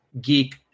geek